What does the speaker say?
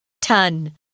Ton